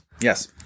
yes